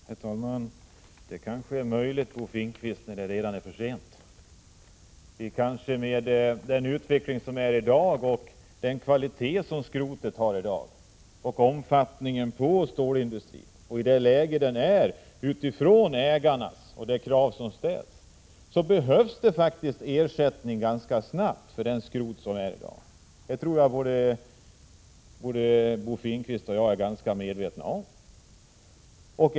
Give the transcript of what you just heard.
Herr talman! Det kanske är möjligt att nå ett resultat, Bo Finnkvist, när det redan är för sent! Med den utveckling som sker i dag, med den kvalitet som skrotet har, med tanke på stålindustrins omfattning, med hänsyn till det rådande läget, då det gäller ägarna och på grund av de krav som ställs, så behövs det faktiskt ersättning ganska snabbt för skrotet. Jag tror att Bo Finnkvist liksom jag är medveten om detta.